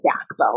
backbone